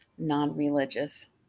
non-religious